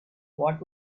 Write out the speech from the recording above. what